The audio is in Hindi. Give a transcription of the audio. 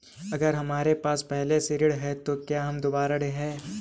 अगर हमारे पास पहले से ऋण है तो क्या हम दोबारा ऋण हैं?